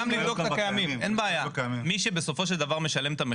גם לבדוק את הקיימים, אין בעיה.